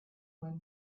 when